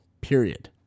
period